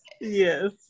yes